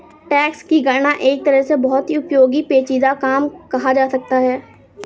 tax की गणना एक तरह से बहुत ही पेचीदा काम कहा जा सकता है